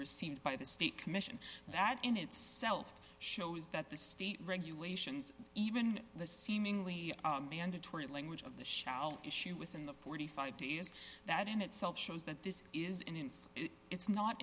received by the state commission that in itself shows that the state regulations even the seemingly mandatory language of the shall issue within the forty five dollars day is that in itself shows that this is in it's not